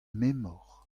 memor